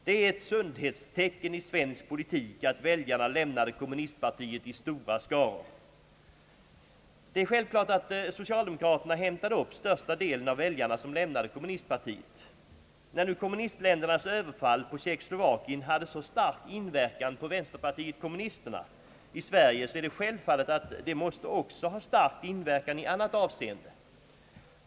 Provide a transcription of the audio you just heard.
Det är ett sundhetstecken i svensk politik att väljarna lämnade kommunistpartiet i stora skaror. Det är självklart att socialdemokra terna hämtade upp största delen av väljarna som lämnade kommunistpartiet. När nu kommunistländernas överfall på Tjeckoslovakien hade så stark inverkan på = vänsterpartiet-kommunisterna = i Sverige så är det självfallet att det också måste ha haft stark inverkan i annat avseende.